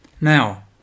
Now